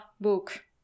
book